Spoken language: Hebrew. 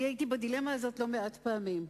אני הייתי בדילמה לא מעט פעמים,